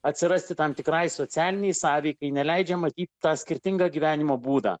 atsirasti tam tikrai socialinei sąveikai neleidžia matyt tą skirtingą gyvenimo būdą